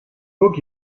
book